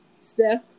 Steph